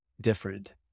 different